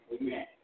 Amen